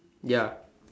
ya